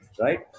right